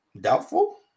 doubtful